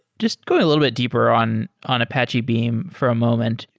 just going a little bit deeper on on apache beam for a moment,